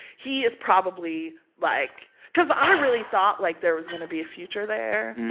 he is probably like because i really thought, like, there was going to be a future there.